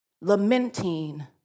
Lamenting